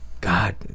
God